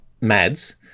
Mads